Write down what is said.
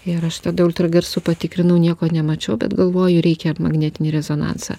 ir aš tada ultragarsu patikrinau nieko nemačiau bet galvoju reikia magnetinį rezonansą